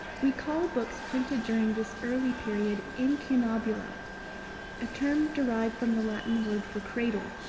we call books printed during this early period incunabula a term derived from the latin word for cradle,